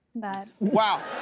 but wow!